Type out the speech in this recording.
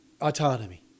autonomy